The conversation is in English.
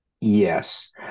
Yes